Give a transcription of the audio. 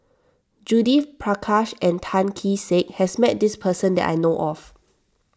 Judith Prakash and Tan Kee Sek has met this person that I know of